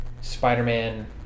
Spider-Man